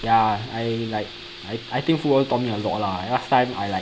yeah I like I I think football taught me a lot lah last time I like